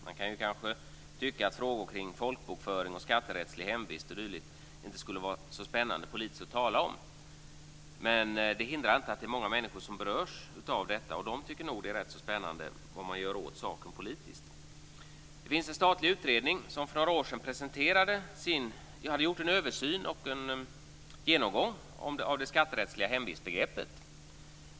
Man kan kanske tycka att frågor kring folkbokföring och skatterättslig hemvist och dylikt inte skulle vara så spännande politiskt att tala om, men det hindrar inte att det är många människor som berörs av detta. De tycker nog att det är rätt så spännande vad man gör åt saken politiskt. Det finns en statlig utredning som för några år sedan gjorde en översyn och en genomgång av det skatterättsliga hemvistbegreppet.